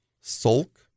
Sulk